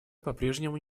попрежнему